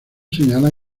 señala